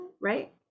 right